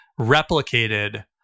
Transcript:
replicated